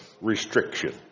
restriction